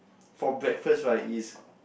for breakfast right it's